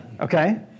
Okay